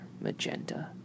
magenta